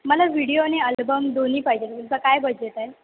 मला विडिओ आणि आल्बम दोन्ही पाहिजे तुमचा काय बजेट आहे